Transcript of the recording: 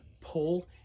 pull